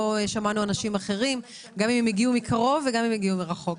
אחרים שהגיעו מקרוב או מרחוק.